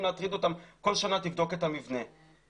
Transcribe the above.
להטריד אותם לבדוק את המבנה כל שנה.